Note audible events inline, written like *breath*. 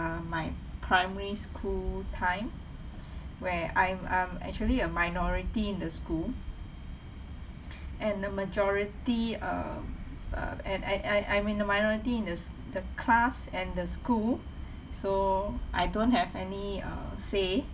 my primary school time *breath* where I'm um actually a minority in the school *breath* and the majority uh uh and I I I'm in the minority in the s~ the class and the school so I don't have any uh say